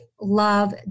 love